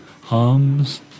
hums